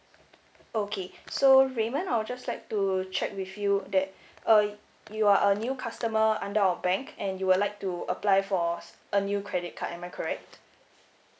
okay so raymond I'll just like to check with you that uh you are a new customer under our bank and you would like to apply for a new credit card am I correct